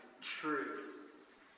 truth